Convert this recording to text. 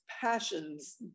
passion's